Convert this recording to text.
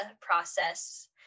process